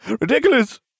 Ridiculous